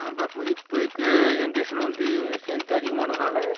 அப்படி பார்க்கும் போது இப்போ இருக்கற ஜென்ரேஷன் வந்து ஸ்ட்ரென்த்து அதிகமானதுனால்